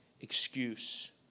excuse